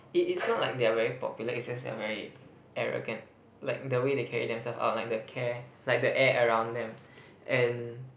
it is not like they are very popular it's just that they are very arrogant like the way they carry themselves out like the care like the air around them and